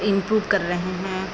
improve कर रहे हैं